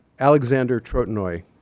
alexander trotanoy.